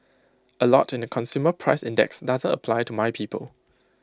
A lot in the consumer price index doesn't apply to my people